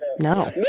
no no,